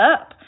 up